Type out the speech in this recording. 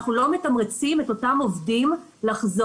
אנחנו לא מתמרצים את אותם עובדים לחזור